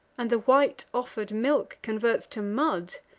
and the white offer'd milk converts to mud.